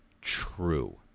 true